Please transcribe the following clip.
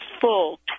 full